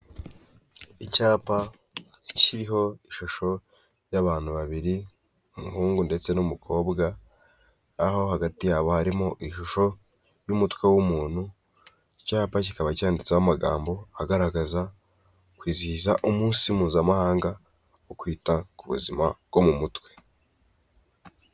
Icyapa kiriho ishusho y'abantu babiri umuhungu ndetse n'umukobwa, aho hagati yabo harimo ishusho y'umutwe w'umuntu, icyapa kikaba cyanditseho amagambo agaragaza kwizihiza umunsi mpuzamahanga wo kwita ku buzima bwo mu mutwe.